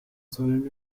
sollen